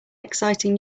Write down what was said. exciting